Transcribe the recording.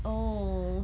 oh